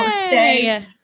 birthday